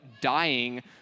dying